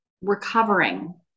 recovering